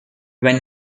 when